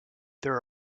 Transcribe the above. there